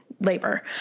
labor